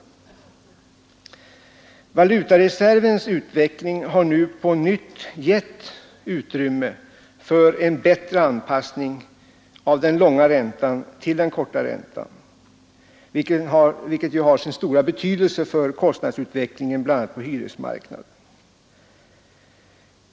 Valutareservens utveckling har nu på nytt givit utrymme för en bättre anpassning av den långa räntan till den korta, vilket har sin stora betydelse för kostnadsutvecklingen bl.a. på hyresmarknaden.